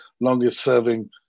longest-serving